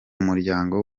muryango